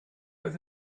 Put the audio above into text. oedd